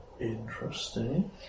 Interesting